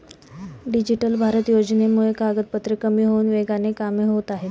digital Bharat योजनेमुळे कागदपत्रे कमी होऊन वेगाने कामे होत आहेत